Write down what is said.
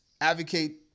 advocate